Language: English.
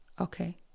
okay